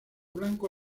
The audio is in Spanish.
blanco